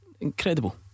Incredible